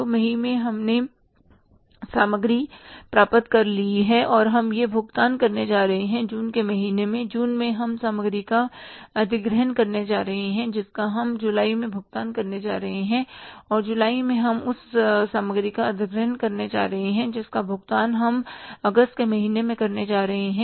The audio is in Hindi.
तो मई में हमने सामग्री प्राप्त कर ली है और हम यह भुगतान करने जा रहे जून के महीने में जून में हम सामग्री का अधिग्रहण करते हैं जिसका हम जुलाई में भुगतान करने जा रहे हैं और जुलाई में हम उस सामग्री का अधिग्रहण करने जा रहे हैं जिसका भुगतान हम अगस्त के महीने में करने जा रहे हैं